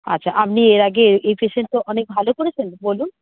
আচ্ছা আপনি এর আগে এই পেশেন্ট তো অনেক ভালো করেছেন বলুন